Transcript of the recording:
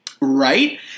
Right